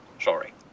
sorry